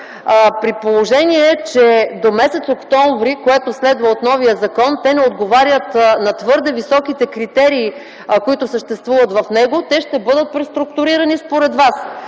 при положение, че до м. октомври т.г., което следва от новия закон, те не отговорят на твърде високите критерии, които съществуват в него, те ще бъдат преструктурирани, според Вас.